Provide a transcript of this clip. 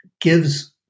gives